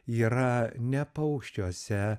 yra ne paukščiuose